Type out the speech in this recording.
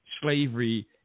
slavery